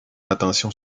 attention